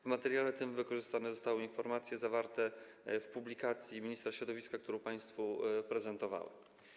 W materiale tym zostały wykorzystane informacje zawarte w publikacji ministra środowiska, którą państwu prezentowałem.